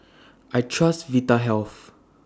I Trust Vitahealth